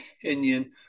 opinion